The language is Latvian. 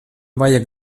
vajag